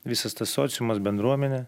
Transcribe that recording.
visas tas sociumas bendruomenė